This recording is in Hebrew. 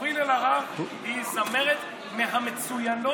קורין אלהרר היא זמרת מהמצוינות